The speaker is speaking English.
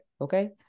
Okay